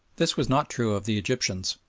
this was not true of the egyptians.